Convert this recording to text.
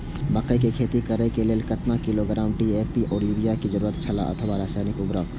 मकैय के खेती करे के लेल केतना किलोग्राम डी.ए.पी या युरिया के जरूरत छला अथवा रसायनिक उर्वरक?